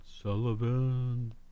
Sullivan